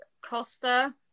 Costa